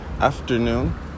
afternoon